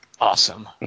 awesome